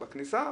בכניסה.